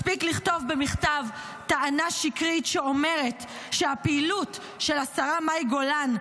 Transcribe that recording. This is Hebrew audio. מספיק לכתוב במכתב טענה שקרית שאומרת שהפעילות של השרה מאי גולן,